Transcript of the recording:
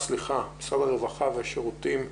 הרווחה והשירותים החברתיים,